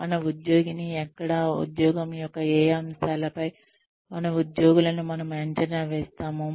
మన ఉద్యోగినీ ఎక్కడ ఉద్యోగం యొక్క ఏ అంశాలపై మన ఉద్యోగులను మనము అంచనా వేస్తాము